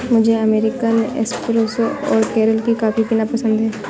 मुझे American espresso और केरल की कॉफी पीना पसंद है